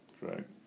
Right